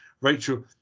rachel